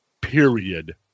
Period